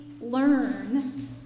learn